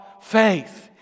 faith